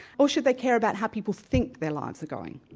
or should they care about how people think their lives are going?